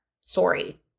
Sorry